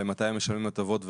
לגבי מתי משלמים הטבות,